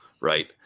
right